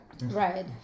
Right